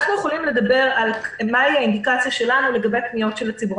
אנחנו יכולים לדבר על מה היא האינדיקציה שלנו לגבי פניות של הציבור.